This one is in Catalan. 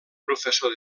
professor